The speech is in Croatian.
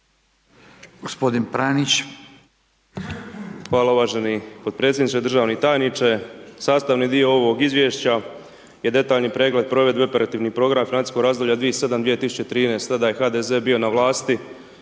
Hvala uvaženi potpredsjedniče, državni tajniče, sastavni dio ovog izvješća je detaljni pregled provedbe operativnih programa .../Govornik se ne razumije./... 2013., tada je HDZ bio na vlasti